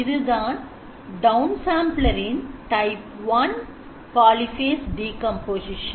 இதுதான் down sampler இன் type 1 polyphase decomposition